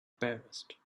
embarrassed